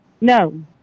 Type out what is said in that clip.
No